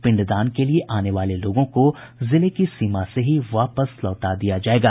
पिंडदान के लिये आने वाले लोगों को जिले की सीमा से ही वापस लौटा दिया जायेगा